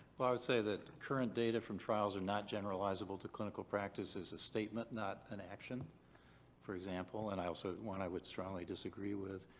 but i would say that current data from trials are not generalizable to clinical practice, is a statement, not an action for example. and i also. one i would strongly disagree with,